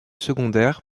secondaire